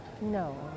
No